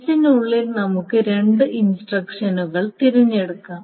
എസ്സിനുള്ളിൽ നമുക്ക് രണ്ട് ഇൻസ്ട്രക്ഷനുകൾ തിരഞ്ഞെടുക്കാം